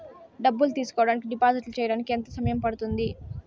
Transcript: డబ్బులు తీసుకోడానికి డిపాజిట్లు సేయడానికి ఎంత సమయం పడ్తుంది